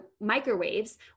microwaves